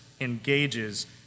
engages